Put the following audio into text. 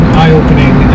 eye-opening